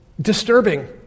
disturbing